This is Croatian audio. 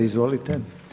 Izvolite.